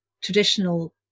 traditional